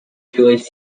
julius